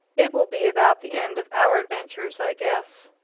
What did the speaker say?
it will be about the end of our adventures, i guess.